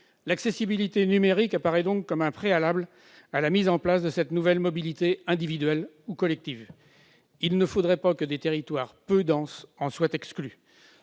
la couverture numérique apparaît donc comme un préalable à la mise en place de cette nouvelle mobilité individuelle ou collective. Il ne faudrait pas que les territoires peu denses en soient exclus.